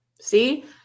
see